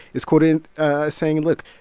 is quoted saying, look.